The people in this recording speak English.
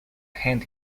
hand